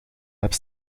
hebt